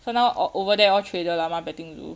for now o~ over there all trader llama petting zoo